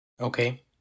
Okay